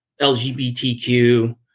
LGBTQ